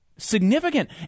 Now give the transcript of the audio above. Significant